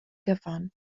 gyfan